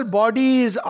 bodies